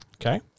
Okay